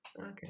okay